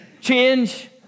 change